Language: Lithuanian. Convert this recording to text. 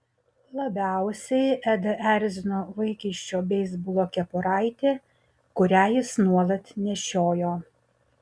labiausiai edą erzino vaikiščio beisbolo kepuraitė kurią jis nuolat nešiojo